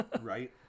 Right